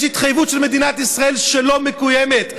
ויש התחייבות של מדינת ישראל שלא מקוימת,